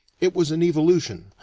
it was an evolution,